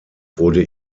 wurde